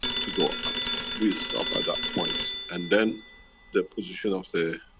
to go out. we stop at that point and then the position of the,